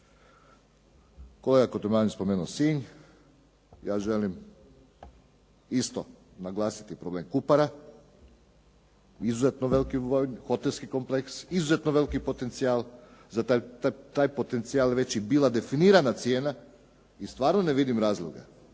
Kolega Kotromanović je spomenuo Sinj. Ja želim isto naglasiti problem Kupara, izuzetno veliki vojni hotelski kompleks, izuzetno veliki potencijal. Za taj potencijal već je bila i definirana cijena i stvarno ne vidim razloga